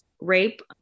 rape